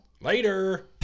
Later